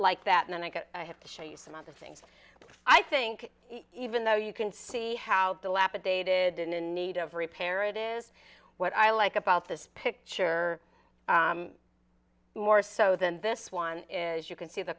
like that when i go i have to show you some of the things i think even though you can see how the lappet dated and in need of repair it is what i like about this picture more so than this one is you can see the